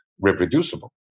reproducible